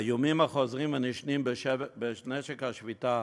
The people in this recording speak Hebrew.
האיומים החוזרים ונשנים להשתמש בנשק השביתה,